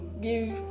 give